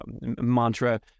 mantra